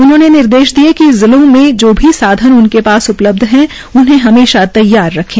उन्होंने निर्देश दिए कि जिलों में जो भी साधन उनके पास उपलब्ध हैं उन्हें हमेशा तैयार रखें